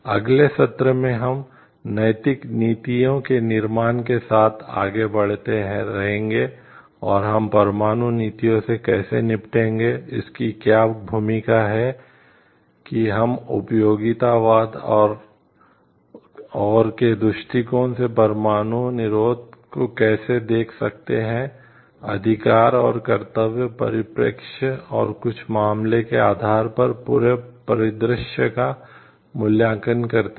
अगले सत्र में हम नैतिक नीतियों के निर्माण के साथ आगे बढ़ते रहेंगे और हम परमाणु नीतियों से कैसे निपटेंगे इसकी क्या भूमिका है कि हम उपयोगितावाद और के दृष्टिकोण से परमाणु निरोध को कैसे देख सकते हैं अधिकार और कर्तव्य परिप्रेक्ष्य और कुछ मामलों के आधार पर पूरे परिदृश्य का मूल्यांकन करते हैं